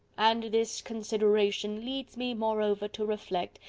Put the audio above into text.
and this consideration leads me moreover to reflect,